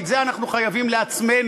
כי את זה אנחנו חייבים לעצמנו.